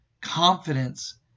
confidence